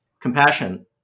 compassion